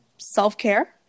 Self-care